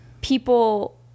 people